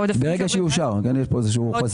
ברגע שיאושר, יש פה איזה שהוא חוסר.